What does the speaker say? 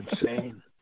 insane